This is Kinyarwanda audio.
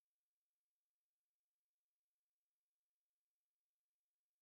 y'umutuku n'ikote ry'umweru. Bari mu cyumba cy'ishuri cyubakishije amatafari ahiye ndetse gifite n'amadirishya y'ubururu na parafo y'umweru.